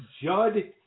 Judd